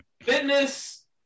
fitness